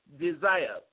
desire